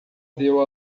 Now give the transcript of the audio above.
deu